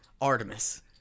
Artemis